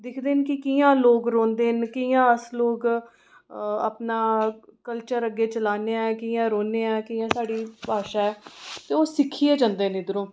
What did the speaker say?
दिखदे न कि कि'यां लोक रौंह्दे न कि'यां अस लोग अपना कल्चर अग्गें चलाने आं कि'यां रौह्ने आं कियां साढ़ी भाशा ऐ ते ओह् सिक्खियै जंदे न इद्धरूं